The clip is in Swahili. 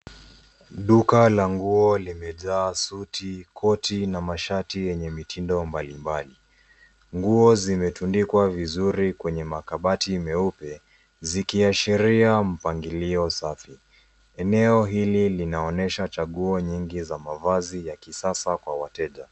Duka la nguo limejaa suti, koti na mashati yenye mitindo mbalimbali. Nguo zimetundikwa kwenye makabati meupe zikiashiria mpangilio safi. Eneo hili linaonyesha chaguo nyingi za mavazi ya kisasa kwa wateja.